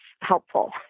helpful